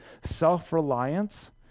self-reliance